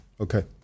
Okay